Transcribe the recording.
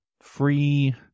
free